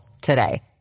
today